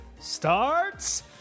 Starts